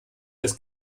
das